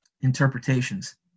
interpretations